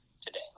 today